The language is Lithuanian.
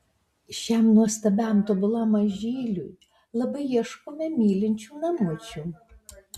šiam nuostabiam tobulam mažyliui labai ieškome mylinčių namučių